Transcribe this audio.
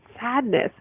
sadness